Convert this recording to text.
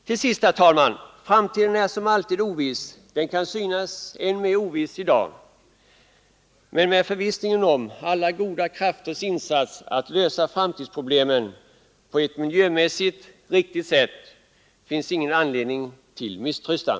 Till sist vill jag säga att framtiden som alltid är oviss, i dag ovissare än någonsin, men eftersom jag är säker på att insatser kommer att göras av alla goda krafter för att lösa framtidsproblemen på ett miljömässigt riktigt sätt finns det ingen anledning till misströstan.